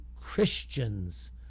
Christians